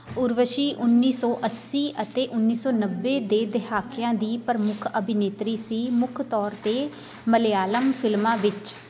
ਉਰਵਸ਼ੀ ਉੱਨੀ ਸੌ ਅੱਸੀ ਅਤੇ ਉੱਨੀ ਸੌ ਨੱਬੇ ਦੇ ਦਹਾਕਿਆਂ ਦੀ ਪ੍ਰਮੁੱਖ ਅਭਿਨੇਤਰੀ ਸੀ ਮੁੱਖ ਤੌਰ 'ਤੇ ਮਲਿਆਲਮ ਫ਼ਿਲਮਾਂ ਵਿੱਚ